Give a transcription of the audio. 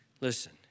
Listen